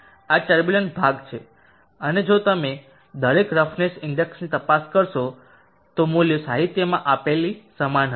આ ટર્બુલન્ટ ભાગ છે અને જો તમે દરેક રફનેસ ઇન્ડેક્સની તપાસ પાર કરશો તો મૂલ્યો સાહિત્યમાં આપેલી સમાન હશે